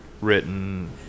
written